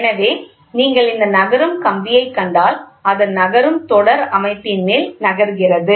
எனவே நீங்கள் இந்த நகரும் கம்பியை கண்டால் அது நகரும் தொடர் அமைப்பின் மேல் நகர்கிறது